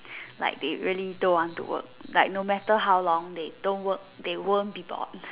like they really don't want to work like no matter how long they don't work they won't be bored